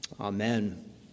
Amen